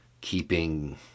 keeping